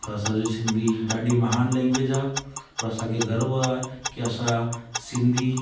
त असांजी सिंधी ॾाढी महान लैंग्वेज आहे और असांखे गर्व आहे की असां सिंधी